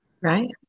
Right